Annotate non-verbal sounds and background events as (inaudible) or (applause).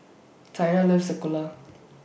Taina loves (unintelligible)